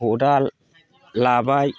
खदाल लाबाय